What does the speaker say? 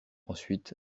ensuite